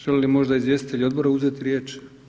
Želi li možda izvjestitelj odbora uzeti riječ?